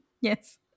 Yes